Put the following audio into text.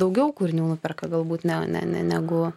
daugiau kūrinių nuperka galbūt ne ne ne negu